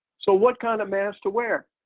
so what kind of mask to wear?